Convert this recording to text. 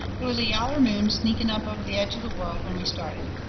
they was a yaller moon sneaking up over the edge of the world when we started.